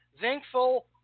thankful